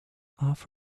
off